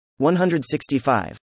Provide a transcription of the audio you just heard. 165